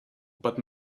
but